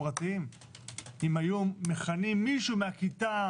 הפרטיים אם היו מכנים מישהו מהכיתה,